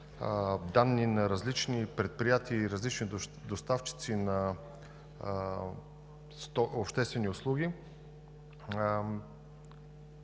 данни на различни предприятия и различни доставчици на 100 обществени услуги.